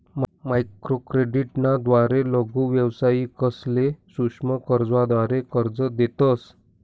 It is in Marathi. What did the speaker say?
माइक्रोक्रेडिट ना द्वारे लघु व्यावसायिकसले सूक्ष्म कर्जाद्वारे कर्ज देतस